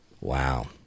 Wow